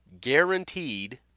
guaranteed